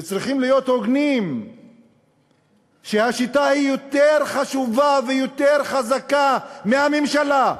וצריכים להיות הוגנים ולומר שהשיטה יותר חשובה ויותר חזקה מהממשלה,